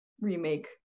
remake